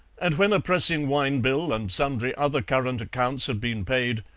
and when a pressing wine bill and sundry other current accounts had been paid,